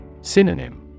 Synonym